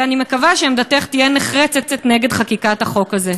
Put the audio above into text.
ואני מקווה שעמדתך תהיה נחרצת נגד חקיקת החוק הזה.